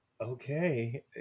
Okay